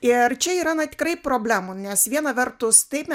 ir čia yra na tikrai problemų nes viena vertus taip